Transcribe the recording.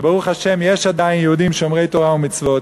שברוך השם יש עדיין יהודים שומרי תורה ומצוות,